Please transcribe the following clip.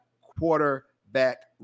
quarterback